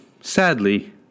Sadly